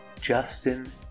Justin